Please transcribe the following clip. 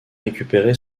récupérer